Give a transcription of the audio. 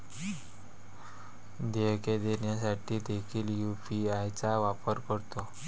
देयके देण्यासाठी देखील यू.पी.आय चा वापर करतो